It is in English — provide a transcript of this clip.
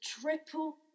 triple